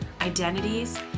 identities